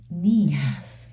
Yes